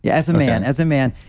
yeah as a man, as a man.